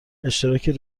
اشتراک